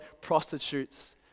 prostitutes